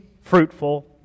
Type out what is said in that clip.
fruitful